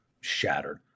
shattered